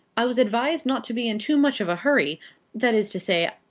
i was advised not to be in too much of a hurry that is to say,